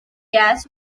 gas